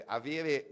avere